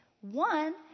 One